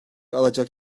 alacak